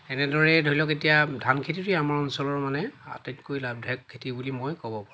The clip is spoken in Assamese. এনেদৰে ধৰি লওক এতিয়া ধান খেতিটো আমাৰ অঞ্চলৰ মানে আটাইতকৈ লাভদায়ক খেতি বুলি মই ক'ব পাৰোঁ